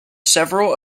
several